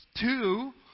Two